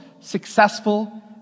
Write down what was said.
successful